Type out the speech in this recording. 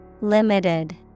Limited